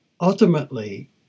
Ultimately